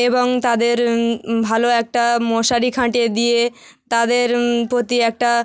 এবং তাদের ভালো একটা মশারি খাটিয়ে দিয়ে তাদের প্রতি একটা